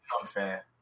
unfair